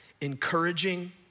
encouraging